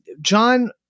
John